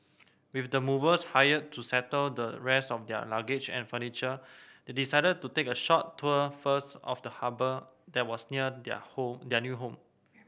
with the movers hired to settle the rest of their luggage and furniture they decided to take a short tour first of the harbour that was near their home their new home